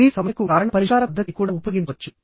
మీరు సమస్యకు కారణం పరిష్కార పద్ధతిని కూడా ఉపయోగించవచ్చు